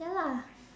ya lah